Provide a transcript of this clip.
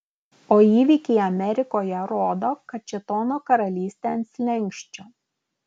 o įvykiai amerikoje rodo kad šėtono karalystė ant slenksčio